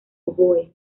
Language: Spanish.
oboe